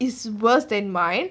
is worse than mine